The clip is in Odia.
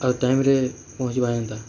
ଆଉ ଟାଇମ୍ରେ ପହଞ୍ଚିବା ହେନ୍ତା